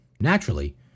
naturally